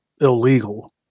illegal